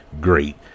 Great